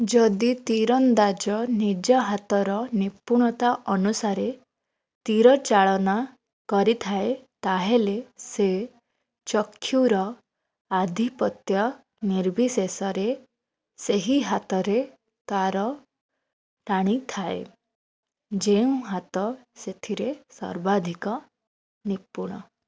ଯଦି ତୀରନ୍ଦାଜ ନିଜ ହାତର ନିପୁଣତା ଅନୁସାରେ ତୀରଚାଳନା କରିଥାଏ ତାହେଲେ ସେ ଚକ୍ଷୁର ଆଧିପତ୍ୟ ନିର୍ବିଶେଷରେ ସେହି ହାତରେ ତାର ଟାଣିଥାଏ ଯେଉଁ ହାତ ସେଥିରେ ସର୍ବାଧିକ ନିପୁଣ